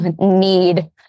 need